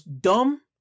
dumb